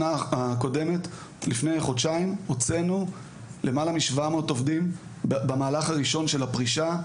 לפני חודשיים הוצאנו למעלה מ-700 עובדים במהלך הראשון של הפרישה,